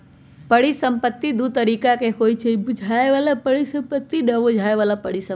परिसंपत्ति दु तरिका के होइ छइ बुझाय बला परिसंपत्ति आ न बुझाए बला परिसंपत्ति